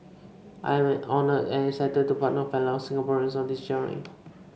I am honoured and excited to partner fellow Singaporeans on this journey